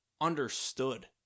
understood